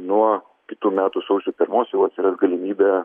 nuo kitų metų sausio pirmos jau atsiras galimybė